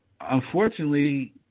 unfortunately